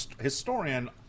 historian